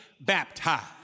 baptized